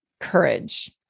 Courage